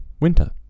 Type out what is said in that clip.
winter